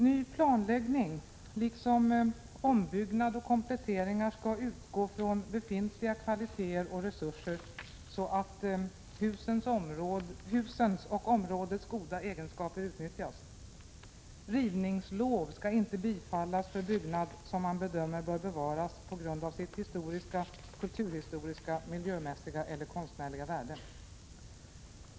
Ny planläggning liksom ombyggnad och kompletteringar skall utgå från befintliga kvaliteter och resurser, så att husens och områdets goda egenskaper utnyttjas. Rivningslov skall inte bifallas för byggnad som man bedömer bör bevaras på grund av dess historiska, kulturhistoriska, miljömässiga eller konstnärliga värde.